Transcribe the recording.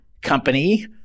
company